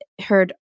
heard